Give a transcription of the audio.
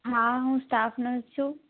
હા હું staff nurse છું